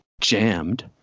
jammed